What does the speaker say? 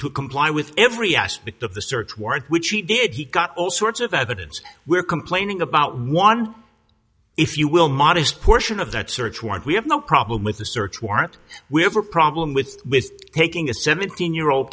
to comply with every aspect of the search warrant which he did he got all sorts of evidence we're complaining about one if you will modest portion of that search warrant we have no problem with the search warrant we have a problem with with taking a seventeen year old